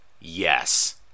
yes